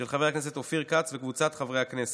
של חבר הכנסת אופיר כץ וקבוצת חברי הכנסת.